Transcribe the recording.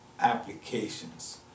applications